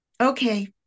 okay